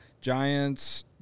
Giants